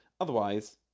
Otherwise